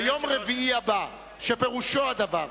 ביום רביעי הבא, שפירושו הדבר,